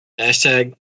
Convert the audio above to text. Hashtag